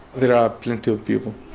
there are plenty of people,